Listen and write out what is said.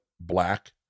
black